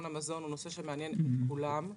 המזון הוא נושא שמעניין את כולם.